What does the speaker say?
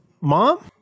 mom